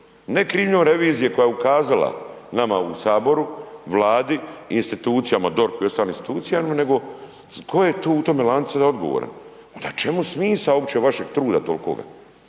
Ne krivnjom revizije koja je ukazala nama u Saboru, Vladi i institucijama, DORH i ostalim institucijama, nego tko je tu, u tome lancu odgovoran? Onda čemu smisao uopće vašeg truda tolikoga?